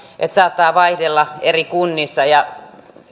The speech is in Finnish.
että se saattaa vaihdella eri kunnissa ja